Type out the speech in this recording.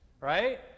right